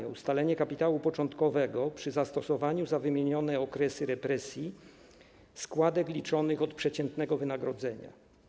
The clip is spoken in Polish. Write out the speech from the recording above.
Chodzi o ustalenie kapitału początkowego przy zastosowaniu za wymienione okresy represji składek liczonych od przeciętnego wynagrodzenia.